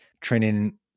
training